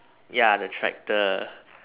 ya the tractor